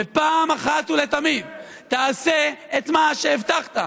ופעם אחת ולתמיד תעשה את מה שהבטחת.